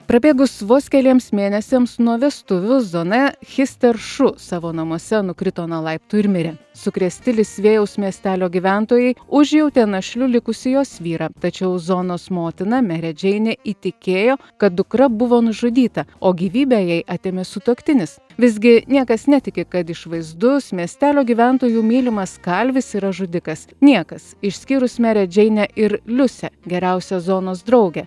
prabėgus vos keliems mėnesiams nuo vestuvių zona hister šu savo namuose nukrito nuo laiptų ir mirė sukrėsti lisviejaus miestelio gyventojai užjautė našliu likusį jos vyrą tačiau zonos motina merė džeinė įtikėjo kad dukra buvo nužudyta o gyvybę jai atėmė sutuoktinis visgi niekas netiki kad išvaizdus miestelio gyventojų mylimas kalvis yra žudikas niekas išskyrus merė džeinė ir liusė geriausia zonos draugė